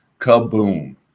kaboom